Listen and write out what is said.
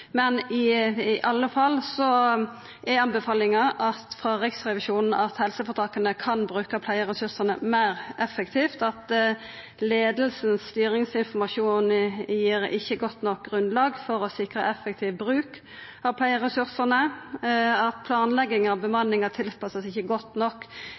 Men i alle fall er anbefalinga frå Riksrevisjonen at helseføretaka kan bruka pleieressursane meir effektivt, at leiingas styringsinformasjon ikkje gir godt nok grunnlag for å sikra effektiv bruk av pleieressursane, at planlegging av bemanninga ikkje vert godt nok